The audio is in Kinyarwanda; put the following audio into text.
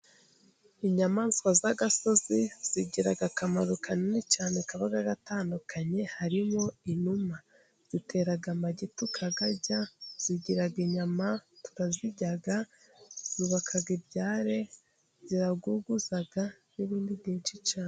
Inyamaswa z'agasozi zigira akamaro kanini cyane kaba gatandukanye，harimo inuma，zitera amagi tukayarya， zigira inyama tukazirya， zubaka ibyari，ziraguguza， n'ibindi byinshi cyane.